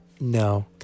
No